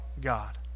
God